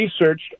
researched